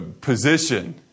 position